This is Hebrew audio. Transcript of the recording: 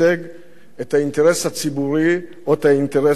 את האינטרס הציבורי או את האינטרס האישי שלו?